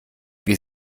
wir